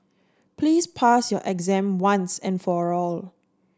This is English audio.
please pass your exam once and for all